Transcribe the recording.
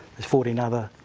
there's fourteen other